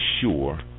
sure